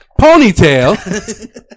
Ponytail